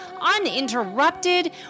uninterrupted